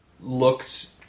looked